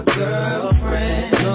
girlfriend